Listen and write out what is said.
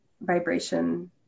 vibration